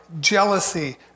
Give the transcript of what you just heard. jealousy